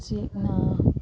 ꯎꯆꯦꯛꯅ